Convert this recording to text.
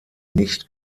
nicht